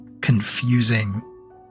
confusing